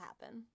happen